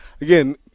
again